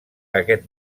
aquest